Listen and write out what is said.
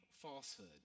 falsehood